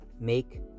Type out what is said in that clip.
Make